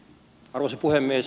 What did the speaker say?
arvoisa puhemies